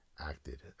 acted